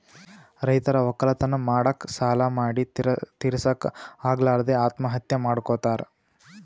ರೈತರ್ ವಕ್ಕಲತನ್ ಮಾಡಕ್ಕ್ ಸಾಲಾ ಮಾಡಿ ತಿರಸಕ್ಕ್ ಆಗಲಾರದೆ ಆತ್ಮಹತ್ಯಾ ಮಾಡ್ಕೊತಾರ್